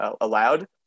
allowed